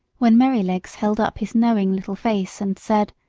when merrylegs held up his knowing little face and said,